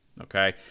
okay